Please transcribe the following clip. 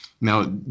Now